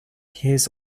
his